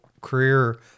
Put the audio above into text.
career